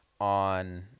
on